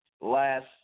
last